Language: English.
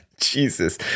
jesus